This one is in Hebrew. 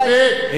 מספיק,